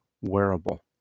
wearable